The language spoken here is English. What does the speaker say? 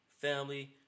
family